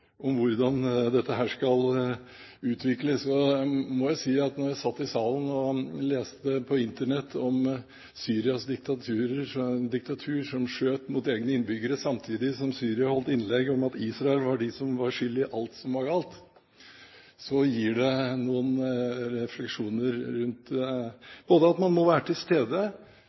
om hvordan dette skal utvikles. Og jeg må jo si at da jeg satt i salen og leste på Internett om Syrias diktatur, hvor man skjøt mot egne innbyggere, samtidig som man fra Syria holdt innlegg om at Israel var de som var skyld i alt som var galt, ga det noen refleksjoner rundt både det at man må være til stede,